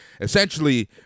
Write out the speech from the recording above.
essentially